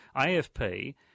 AFP